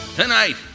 tonight